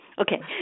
Okay